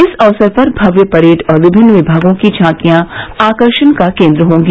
इस अवसर पर भव्य परेड और विभिन्न विभागों की झांकियां आकर्षण का केन्द्र होगी